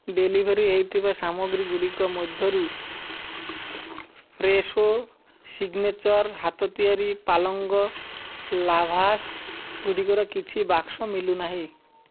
deliver ହୋଇଥିବା ସାମଗ୍ରୀଗୁଡ଼ିକ ମଧ୍ୟରୁ ଫ୍ରେଶୋ ସିଗ୍ନେଚର୍ ହାତତିଆରି ପାଲଙ୍ଗ ଲାଭାଶ୍ଗୁଡ଼ିକର କିଛି ବାକ୍ସ ମିଲୁନାହିଁ